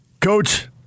Coach